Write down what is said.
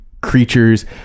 creatures